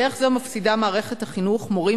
בדרך זו מפסידה מערכת החינוך מורים